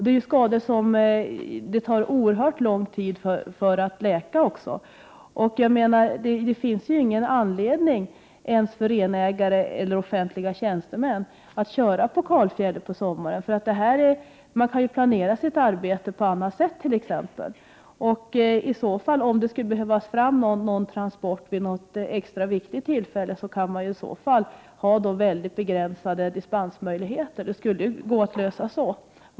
Det är skador som det tar oerhört lång tid att läka. Det finns ingen anledning, ens för renägare eller offentliga tjänstemän, att köra på kalfjället på sommaren. Man kan t.ex. planera sitt arbete på annat sätt. Om någon transport skulle behöva komma fram vid något extra viktigt tillfälle kan man för det ändamålet ha mycket begränsade dispensmöjligheter. Det skulle gå att lösa den vägen.